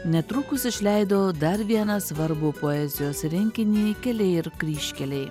netrukus išleido dar vieną svarbų poezijos rinkinį keliai ir kryžkeliai